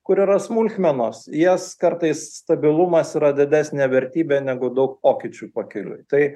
kur yra smulkmenos jas kartais stabilumas yra didesnė vertybė negu daug pokyčių pakeliui tai